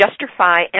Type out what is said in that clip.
justify